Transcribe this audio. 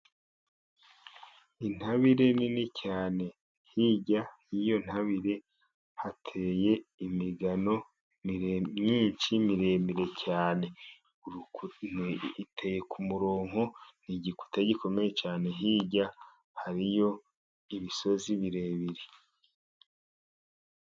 Intabire nini cyane, hirya y'intabire hateye imigano myinshi miremire cyane, iteye ku murongo. Ni igikuta gikomeye cyane hirya hariyo imisozi mirebire.